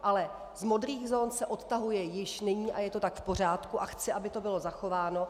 Ale z modrých zón se odtahuje již nyní a je to tak v pořádku a chci, aby to bylo zachováno.